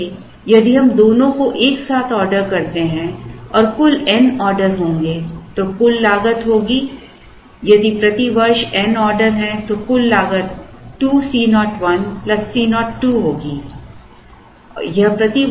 इसलिए यदि हम दोनों को एक साथ ऑर्डर करते हैं और कुल n ऑर्डर होंगे तो कुल लागत होगी यदि प्रति वर्ष n ऑर्डर हैं तो कुल लागत 2 C 0 1 C 0 2 होगी